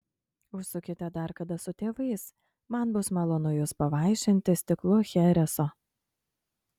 užsukite dar kada su tėvais man bus malonu jus pavaišinti stiklu chereso